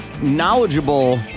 knowledgeable